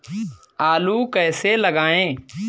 आलू कैसे लगाएँ?